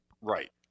Right